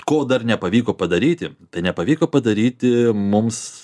ko dar nepavyko padaryti tai nepavyko padaryti mums